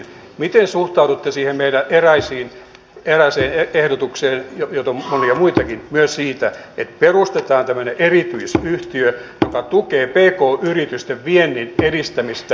miten suhtaudutte siihen meidän erääseen ehdotukseemme joita on monia muitakin siitä että perustetaan tämmöinen erityisyhtiö joka tukee pk yritysten viennin edistämistä